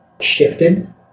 shifted